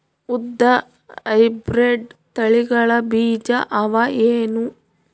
ಉದ್ದ ಹೈಬ್ರಿಡ್ ತಳಿಗಳ ಬೀಜ ಅವ ಏನು?